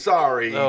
Sorry